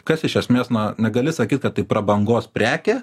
kas iš esmės na na gali sakyt kad tai prabangos prekė